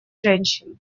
женщин